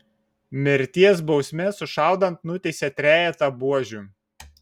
mirties bausme sušaudant nuteisė trejetą buožių